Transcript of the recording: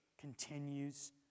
continues